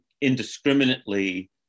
indiscriminately